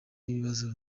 n’ikibazo